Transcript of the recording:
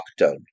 lockdown